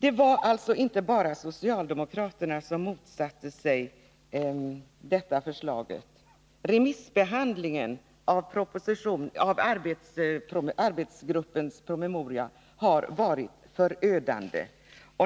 Det var alltså inte bara socialdemokraterna som motsatte sig arbetsgruppens förslag. Remissbehandlingen av dennas promemoria har varit förödande.